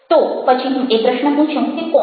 તો પછી હું એ પ્રશ્ન પૂછું કે કોણ